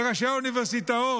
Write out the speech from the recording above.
לראשי האוניברסיטאות,